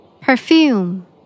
Perfume